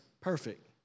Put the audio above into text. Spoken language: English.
perfect